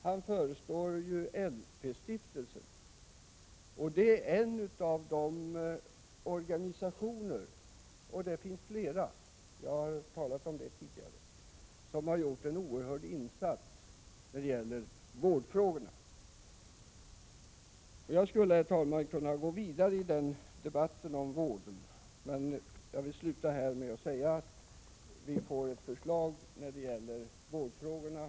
Han förestår ju LP-stiftelsen, en av de organisationer — det finns, som jag talat om tidigare, flera — som har gjort en oerhört stor insats när det gäller vårdfrågorna. Jag skulle kunna gå vidare i debatten om vården, men jag vill avsluta med att säga att vi i vår får ett förslag beträffande vårdfrågorna.